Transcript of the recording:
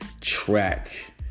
track